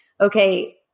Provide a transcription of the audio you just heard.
okay